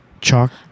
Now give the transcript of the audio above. chalk